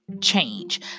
change